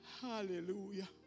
Hallelujah